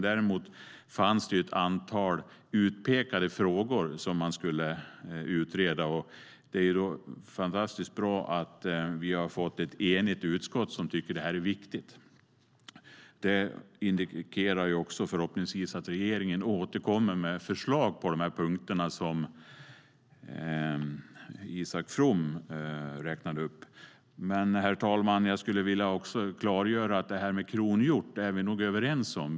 Däremot fanns det ett antal utpekade frågor som man skulle utreda. Det är fantastiskt bra att vi har fått ett enigt utskott som tycker att det här är viktigt. Det indikerar också förhoppningsvis att regeringen återkommer med förslag på de punkter som Isak From räknade upp. Herr talman! Jag skulle vilja klargöra att vi nog är överens om det här med kronhjorten.